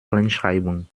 kleinschreibung